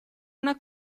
una